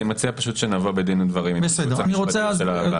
אני מציע שנבוא בדין ודברים עם הייעוץ המשפטי של הוועדה.